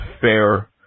fair